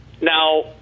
Now